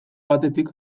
batetik